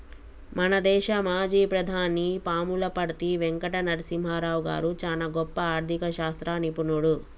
మన దేశ మాజీ ప్రధాని పాములపర్తి వెంకట నరసింహారావు గారు చానా గొప్ప ఆర్ధిక శాస్త్ర నిపుణుడు